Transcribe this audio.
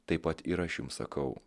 taip pat ir aš jums sakau